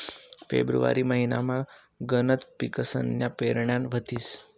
February महिनामा गनच पिकसन्या पेरण्या व्हतीस